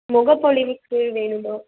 முகப்பொலிவுக்கு வேணுமா